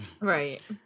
Right